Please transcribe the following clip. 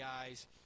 guys